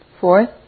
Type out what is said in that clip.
Fourth